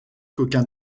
qu’aucun